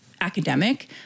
academic